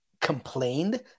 complained